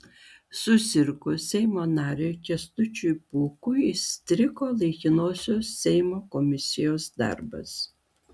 susirgus seimo nariui kęstučiui pūkui įstrigo laikinosios seimo komisijos darbas